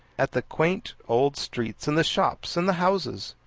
at the quaint old streets, and the shops, and the houses.